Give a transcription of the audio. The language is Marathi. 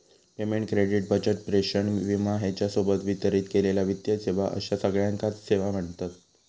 पेमेंट, क्रेडिट, बचत, प्रेषण, विमा ह्येच्या सोबत वितरित केलेले वित्तीय सेवा अश्या सगळ्याकांच सेवा म्ह्णतत